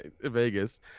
Vegas